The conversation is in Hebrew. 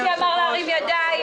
מיקי אמר להרים ידיים.